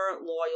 loyal